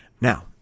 Now